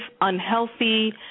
unhealthy